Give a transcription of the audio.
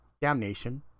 damnation